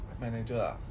manager